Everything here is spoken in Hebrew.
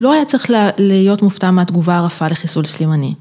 ‫לא היה צריך להיות מופתע ‫מהתגובה הרפה לחיסול סלימני.